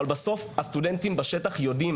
אבל בסוף הסטודנטים בשטח יודעים,